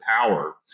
power